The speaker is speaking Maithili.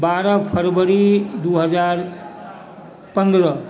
बारह फरवरी दू हजार पन्द्रह